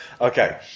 Okay